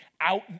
out